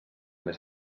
més